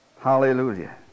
Hallelujah